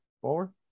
Four